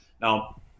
Now